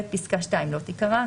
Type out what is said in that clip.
פסקה (2) - לא תיקרא.